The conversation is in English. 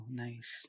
nice